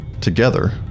together